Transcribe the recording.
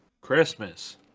christmas